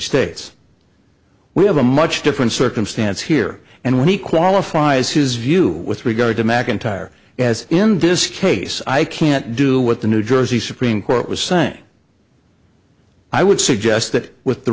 states we have a much different circumstance here and he qualifies his view with regard to macintyre as in this case i can't do what the new jersey supreme court was saying i would suggest that with the